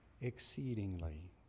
exceedingly